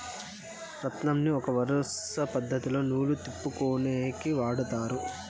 రాట్నంని ఒక వరుస పద్ధతిలో నూలు తిప్పుకొనేకి వాడతారు